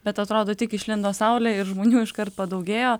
bet atrodo tik išlindo saulė ir žmonių iškart padaugėjo